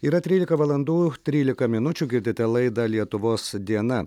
yra trylika valandų trylika minučių girdite laidą lietuvos diena